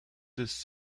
this